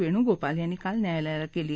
वेणूगोपाल यांनी काल न्यायालयाला केली